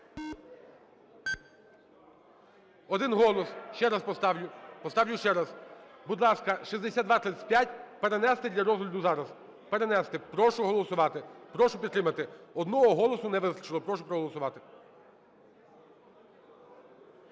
Один голос. Ще раз поставлю. Поставлю ще раз. Будь ласка, 6235 перенести для розгляду зараз, перенести. Прошу голосувати, прошу підтримати. Одного голосу не вистачило, прошу проголосувати.